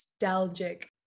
nostalgic